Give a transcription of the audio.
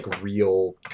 real